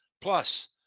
plus